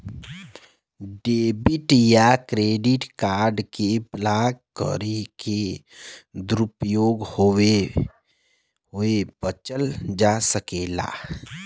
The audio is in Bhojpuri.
डेबिट या क्रेडिट कार्ड के ब्लॉक करके दुरूपयोग होये बचल जा सकला